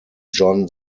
john